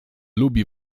lubi